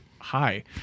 hi